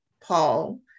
Paul